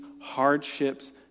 hardships